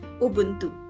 Ubuntu